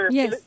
Yes